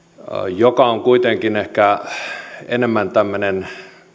joka on kuitenkin ehkä enemmän tämmöinen